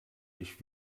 ich